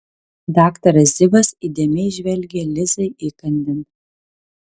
daktaras zivas įdėmiai žvelgė lizai įkandin